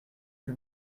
que